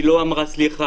היא לא אמרה סליחה,